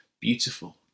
beautiful